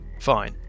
fine